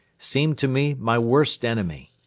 seemed to me my worst enemy.